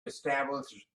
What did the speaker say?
establish